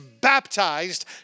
baptized